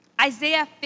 Isaiah